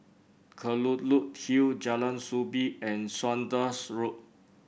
Kelulut Hill Jalan Soo Bee and Saunders Road